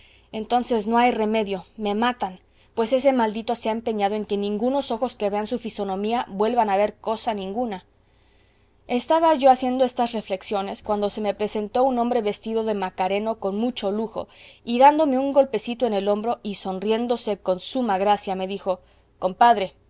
entonces no hay remedio me matan pues ese maldito se ha empeñado en que ningunos ojos que vean su fisonomía vuelvan a ver cosa ninguna estaba yo haciendo estas reflexiones cuando se me presentó un hombre vestido de macareno con mucho lujo y dándome un golpecito en el hombro y sonriéndose con suma gracia me dijo compadre